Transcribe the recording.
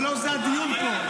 אבל לא זה הדיון פה.